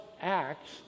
acts